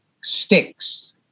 sticks